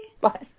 Bye